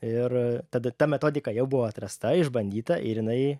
ir tada ta metodika jau buvo atrasta išbandyta ir jinai